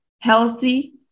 healthy